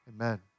amen